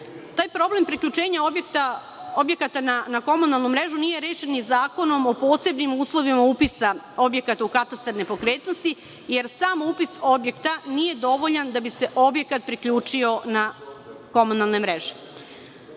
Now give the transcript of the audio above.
problem priključenja objekata na komunalnu mrežu nije rešen ni Zakonom o posebnim uslovima upisa objekata u katastar nepokretnosti, jer sam upis objekta nije dovoljan da bi se objekat priključio na komunalne mreže.